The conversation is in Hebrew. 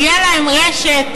תהיה להם רשת,